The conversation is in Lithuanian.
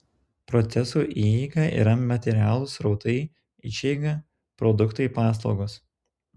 procesų įeiga yra materialūs srautai išeiga produktai paslaugos